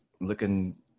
looking